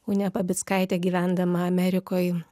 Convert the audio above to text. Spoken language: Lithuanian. unė babickaitė gyvendama amerikoj